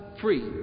free